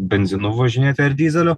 benzinu važinėti ar dyzeliu